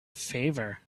favor